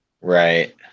right